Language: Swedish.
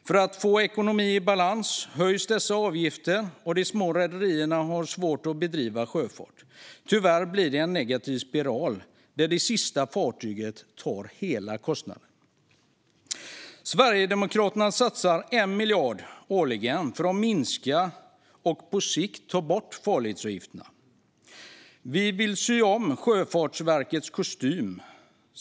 För att få ekonomin i balans höjs dessa avgifter, och de små rederierna har svårt att bedriva sjöfart. Tyvärr blir det en negativ spiral där det sista fartyget tar hela kostnaden. Sverigedemokraterna satsar 1 miljard årligen på att minska och på sikt ta bort farledsavgifterna. Vi vill sy om Sjöfartsverkets kostym.